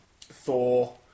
Thor